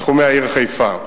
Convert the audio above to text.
בתחומי העיר חיפה,